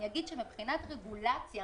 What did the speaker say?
אני אגיד שמבחינת רגולציה,